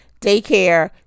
daycare